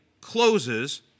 closes